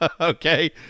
Okay